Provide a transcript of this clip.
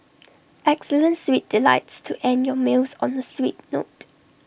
excellent sweet delights to end your meals on the sweet note